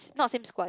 not same